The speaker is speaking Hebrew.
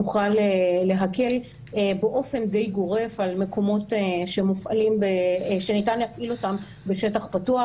נוכל להקל באופן די גורף על מקומות שניתן להפעיל אותם בשטח פתוח,